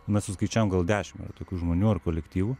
mes suskaičiavom gal dešim yra tokių žmonių ar kolektyvų